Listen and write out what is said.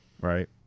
right